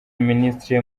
minisitiri